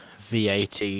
VAT